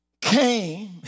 came